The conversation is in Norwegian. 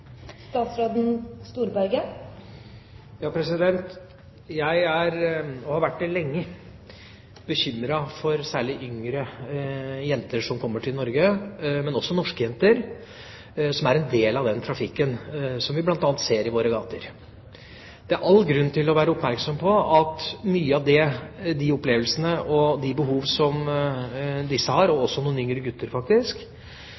Jeg er – og har vært det lenge – bekymret for særlig yngre jenter som kommer til Norge, men også norske jenter som er en del av den trafikken som vi bl.a. ser i våre gater. Det er all grunn til å være oppmerksom på at mange av de opplevelser og behov som disse, og også noen yngre gutter, har,